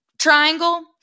Triangle